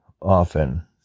often